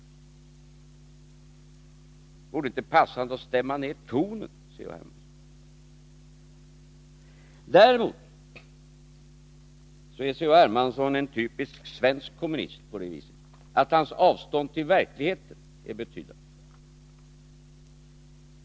Vore det inte passande att stämma ner tonen, C-.-H. Hermansson? Däremot är C.-H. Hermansson en typisk svensk kommunist på det viset att hans avstånd till verkligheten är betydande.